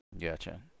Gotcha